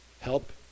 help